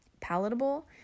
palatable